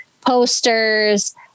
posters